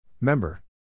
Member